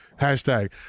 Hashtag